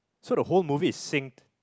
so the whole movie is synced